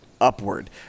Upward